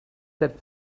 that